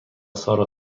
سارا